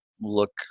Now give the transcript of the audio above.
look